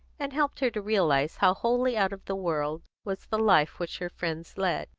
and helped her to realise how wholly out of the world was the life which her friends led.